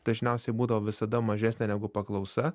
dažniausiai būdavo visada mažesnė negu paklausa